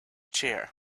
chair